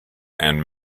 and